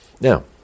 Now